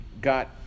got